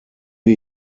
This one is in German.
wir